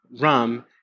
rum